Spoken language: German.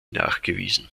nachgewiesen